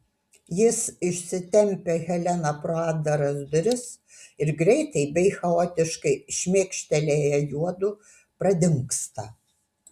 jis išsitempia heleną pro atdaras duris ir greitai bei chaotiškai šmėkštelėję juodu pradingsta